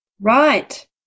Right